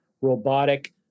robotic